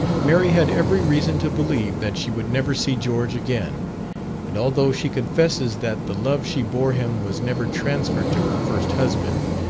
mary had every reason to believe that she would never see george again and although she confesses that the love she bore him was never transferred to her first husband,